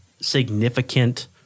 significant